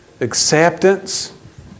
acceptance